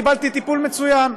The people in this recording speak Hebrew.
קיבלתי טיפול מצוין.